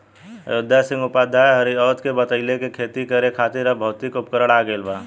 अयोध्या सिंह उपाध्याय हरिऔध के बतइले कि खेती करे खातिर अब भौतिक उपकरण आ गइल बा